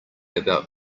about